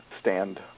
stand